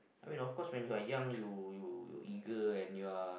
I mean of course when you're young you you you eager and you are